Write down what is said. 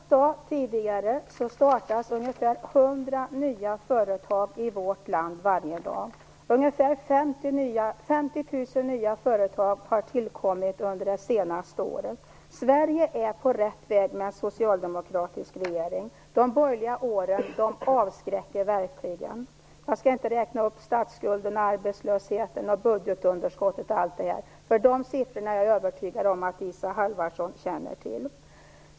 Herr talman! Som jag sade tidigare startas ungefär 100 nya företag i vårt land varje dag. Ungefär 50 000 nya företag har tillkommit under det senaste året. Sverige är på rätt väg med en socialdemokratisk regering. De borgerliga åren avskräcker verkligen. Jag skall inte räkna upp statsskulden, arbetslösheten och budgetunderskottet, för de siffrorna är jag övertygad om att Isa Halvarsson känner till.